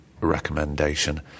recommendation